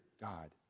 God